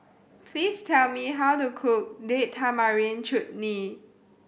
please tell me how to cook Date Tamarind Chutney